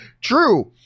True